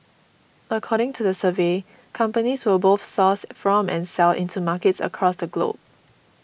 according to the survey companies will both source from and sell into markets across the globe